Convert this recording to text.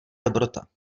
dobrota